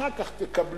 אחר כך תקבלו,